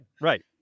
right